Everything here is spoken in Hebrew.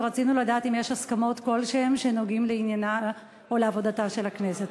ורצינו לדעת אם יש הסכמות כלשהן שנוגעות לעניינה או לעבודתה של הכנסת.